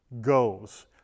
goes